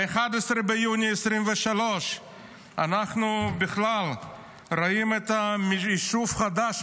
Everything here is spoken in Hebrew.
ב-11 ביוני 2023 אנחנו בכלל רואים יישוב חדש.